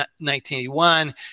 1981